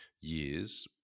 years